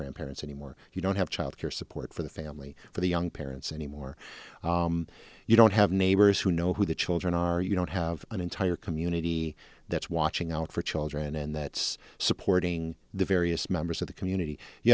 grandparents anymore you don't have childcare support for the family for the young parents anymore you don't have neighbors who know who the children are you don't have an entire community that's watching out for children and that's supporting the various members of the community you